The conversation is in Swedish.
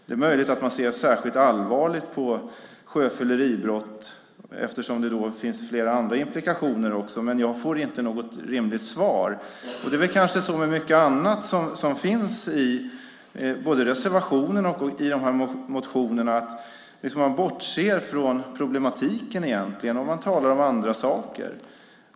Det är möjligt att man ser särskilt allvarligt på sjöfylleribrott eftersom det finns flera andra implikationer också, men jag får inte något rimligt svar. Det är kanske så som med mycket annat som finns i reservationen och de här motionerna att man bortser från problemen och talar om andra saker.